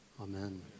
Amen